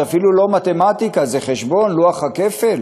זה אפילו לא מתמטיקה, זה חשבון, לוח הכפל.